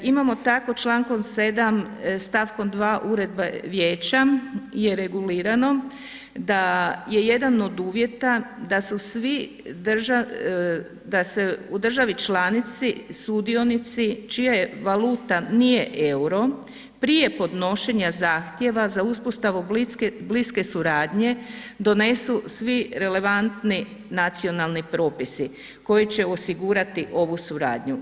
Imamo tako Člankom 7. stavkom 2. Uredba Vijeća je regulirano da je jedan od uvjeta da su svi, da se u državi članici sudionici čija je valuta nije EUR-o prije podnošenja zahtjeva za uspostavu bliske suradnje donesu svi relevantni nacionalni propisi koji će osigurati ovu suradnju.